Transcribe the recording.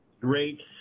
Great